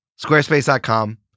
Squarespace.com